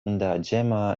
n’djamena